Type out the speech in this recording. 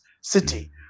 city